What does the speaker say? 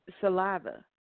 saliva